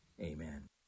Amen